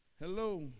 Hello